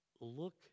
Look